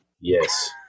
Yes